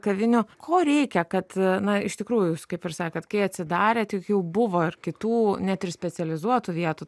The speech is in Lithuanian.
kavinių ko reikia kad na iš tikrųjų jūs kaip ir sakėt kai atsidarėt juk jau buvo ir kitų net ir specializuotų vietų